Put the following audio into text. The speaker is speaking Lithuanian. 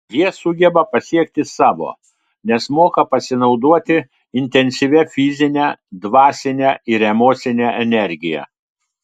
jie sugeba pasiekti savo nes moka pasinaudoti intensyvia fizine dvasine ir emocine energija